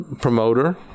promoter